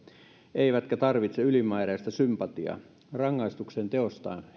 eivätkä tarvitse ylimääräistä sympatiaa rangaistuksen teostaan